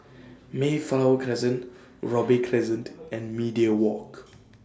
Mayflower Crescent Robey Crescent and Media Walk